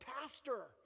pastor